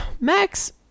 Max